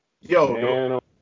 Yo